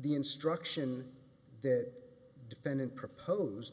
the instruction that defendant proposed